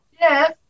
Yes